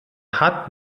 hat